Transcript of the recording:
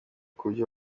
kubyo